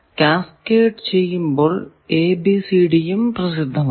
cascade ചെയ്യുമ്പോൾ a b c d യും പ്രസിദ്ധമാണ്